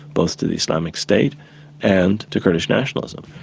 both to the islamic state and to kurdish nationalism.